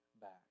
back